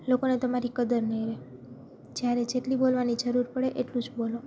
લોકોને તમારી કદર નહીં રે જ્યારે જેટલી બોલવાની જરૂર પડે એટલું જ બોલો